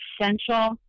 essential